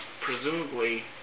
presumably